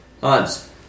Hans